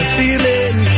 feeling